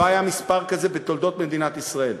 לא היה מספר כזה בתולדות מדינת ישראל,